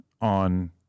on